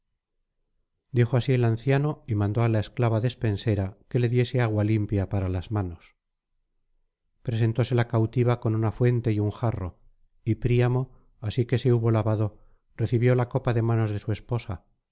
dijo así el anciano y mandó á la esclava despensera que le diese agua limpia á las manos presentóse la cautiva con una fuente y un jarro y príamo así que se hubo lavado recibió la copa de manos de su esposa